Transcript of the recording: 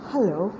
Hello